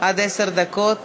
התשע"ו